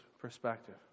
perspective